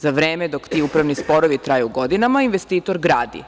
Za vreme dok ti upravni sporovi traju godinama, investitor gradi.